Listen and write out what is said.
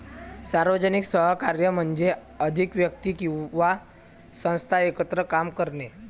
सार्वजनिक सहकार्य म्हणजे अधिक व्यक्ती किंवा संस्था एकत्र काम करणे